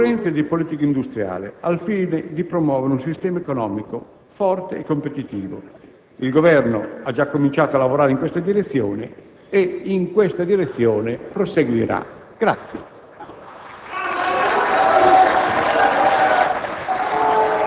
di regolazione, di concorrenza e di politica industriale, al fine di promuovere un sistema economico forte e competitivo. Il Governo ha già cominciato a lavorare in questa direzione e in questa direzione proseguirà. Grazie.